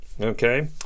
okay